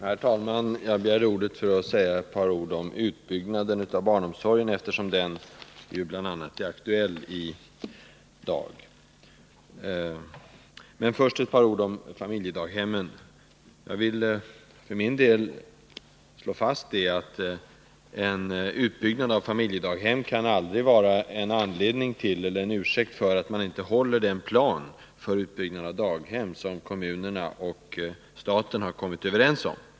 Herr talman! Jag begärde ordet för att tala litet om utbyggnaden av barnomsorgen, eftersom den är aktuell i dag. Men först ett par ord om familjedaghemmen. För min del vill jag slå fast att en utbyggnad av familjedaghem aldrig kan vara en ursäkt för att man inte följer den plan för utbyggnad av daghem som staten och kommunerna har kommit överens om.